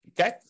okay